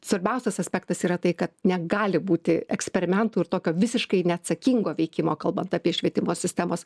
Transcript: svarbiausias aspektas yra tai kad negali būti eksperimentų ir tokio visiškai neatsakingo veikimo kalbant apie švietimo sistemos